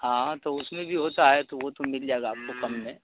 ہاں ہاں تو اس میں بھی ہوتا ہے تو وہ تو مل جائے گا آپ کو کم میں